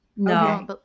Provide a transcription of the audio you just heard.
no